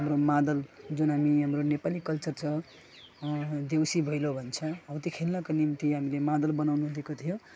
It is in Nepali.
हाम्रो मादल जुन हामी हाम्रो नेपाली कल्चर छ देउसी भैलो भन्छ हौ त्यो खेल्नको निम्ति हामीले मादल बनाउनु दिएको थियो